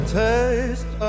taste